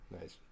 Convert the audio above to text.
Nice